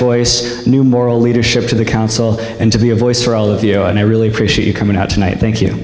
voice new moral leadership to the council and to be a voice for all of you and i really appreciate you coming out tonight thank you